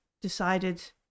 decided